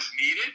needed